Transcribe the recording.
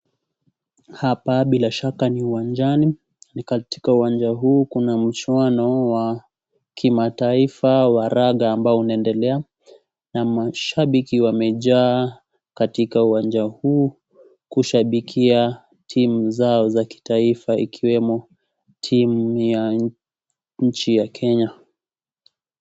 Hapa bila shaka ni uwanjani, ni katika uwanja huu kuna mchuano wa kimataifa wa raga ambao unaendelea na mashabiki wamejaa katika uwanja huu kushabikia timu zao za kitaifa ikiwemo timu ya nchi ya Kenya.